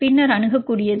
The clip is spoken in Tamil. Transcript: பின்னர் அணுகக்கூடியது